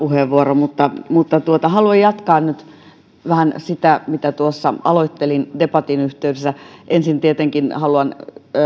puheenvuoro tulikin äkkiä haluan jatkaa nyt vähän sitä mitä tuossa aloittelin debatin yhteydessä ensin tietenkin haluan